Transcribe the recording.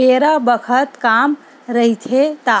बेरा बखत काम रहिथे ता